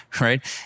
right